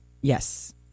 Yes